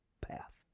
path